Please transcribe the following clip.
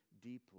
deeply